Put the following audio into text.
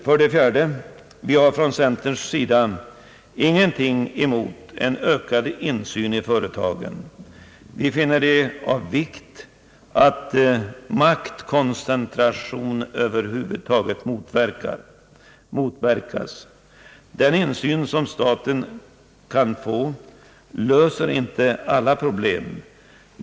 4) Vi inom centern har ingenting emot en ökad insyn i företagen, Vi finner det av vikt att maktkoncentration över huvud taget motverkas. Den insyn som staten kan få löser inte alla problem.